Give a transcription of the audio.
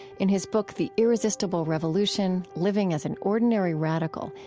in his book the irresistible revolution living as an ordinary radical,